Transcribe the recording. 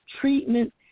treatment